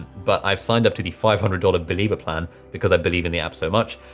but i've signed up to the five hundred dollars believer plan because i believe in the app so much,